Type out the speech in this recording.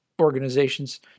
organizations